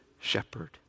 shepherd